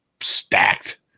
stacked